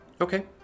Okay